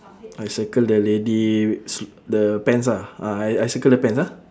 I circle the lady s~ the pants ah ah I I circle the pants ah